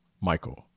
Michael